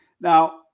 Now